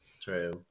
True